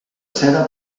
seda